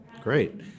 Great